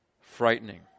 Frightening